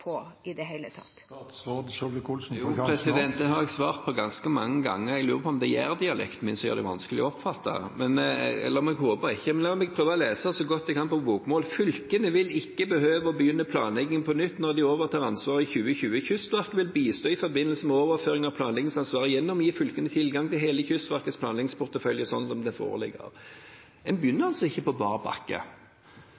på i det hele tatt. Jo, det har jeg svart på ganske mange ganger. Jeg lurer på om det er jærdialekten min som gjør det vanskelig å oppfatte – jeg håper ikke det. La meg prøve å lese så godt jeg kan på bokmål: Fylkene vil ikke behøve å begynne planlegging på nytt når de overtar ansvaret i 2020. Kystverket vil bistå i forbindelse med overføringen av planleggingsansvaret gjennom å gi fylkene tilgang til hele Kystverkets planleggingsportefølje slik den foreligger. En begynner